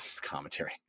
Commentary